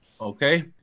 Okay